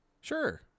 Sure